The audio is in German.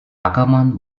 ackermann